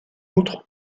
outre